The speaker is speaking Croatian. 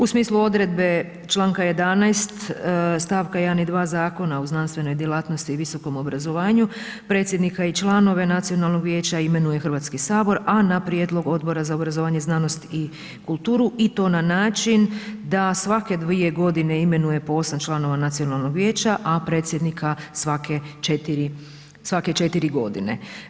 U smislu odredbe članka 11. stavka 1. i 2. Zakona o znanstvenoj djelatnosti i visokom obrazovanju predsjednika i članove Nacionalnog vijeća imenuje Hrvatski sabor a na prijedlog Odbora za obrazovanje, znanost i kulturu i to na način da svake dvije godine imenuje po 8 članova nacionalnog vijeća a predsjednika svake 4 godine.